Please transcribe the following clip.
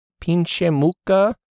pinchemuka